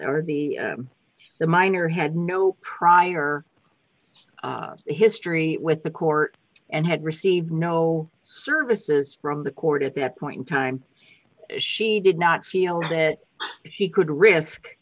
or the the minor had no prior history with the court and had received no services from the court at that point in time she did not feel that he could risk